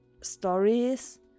stories